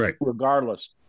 regardless